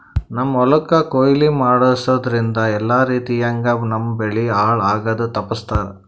ನಮ್ಮ್ ಹೊಲಕ್ ಕೊಯ್ಲಿ ಮಾಡಸೂದ್ದ್ರಿಂದ ಎಲ್ಲಾ ರೀತಿಯಂಗ್ ನಮ್ ಬೆಳಿ ಹಾಳ್ ಆಗದು ತಪ್ಪಸ್ತಾರ್